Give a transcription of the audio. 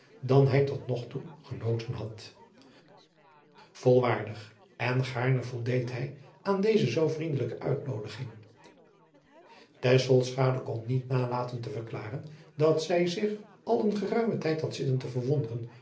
dan hij tot nog toe genoten had olvaardig en gaarne voldeed hij aan deze zoo vriendelijke uitnoodiging kon niet nalaten te verklaren dat zij zich al een geruimen tijd had zitten te verwonderen